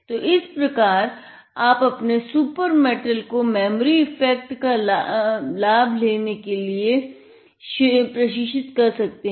तो इस प्रकार आप अपने सुपर मेटल को मेमोरी इफ़ेक्ट का लाभ लेने के लिए प्रशिक्षित कर सकते हैं